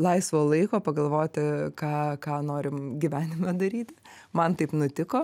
laisvo laiko pagalvoti ką ką norim gyvenime daryti man taip nutiko